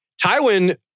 Tywin